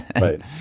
Right